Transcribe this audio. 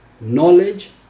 knowledge